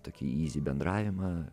tokį yzi bendravimą